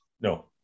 No